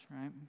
right